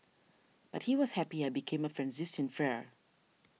but he was happy I became a Franciscan friar